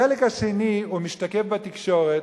החלק השני הוא המשתקף בתקשורת,